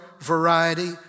variety